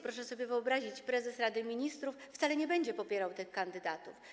Proszę sobie wyobrazić, że prezes Rady Ministrów wcale nie będzie popierał tych kandydatów.